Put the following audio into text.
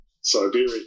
Siberia